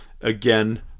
Again